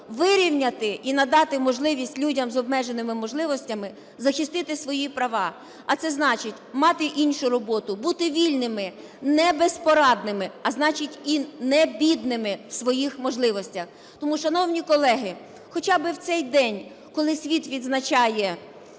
вирівняти і надати можливість людям з обмеженими можливостями захистити свої права, а це значить мати іншу роботу, бути вільними, не безпорадними, а значить і не бідними в своїх можливостях. Тому, шановні колеги, хоча би в цей день, коли світ відзначає